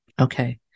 Okay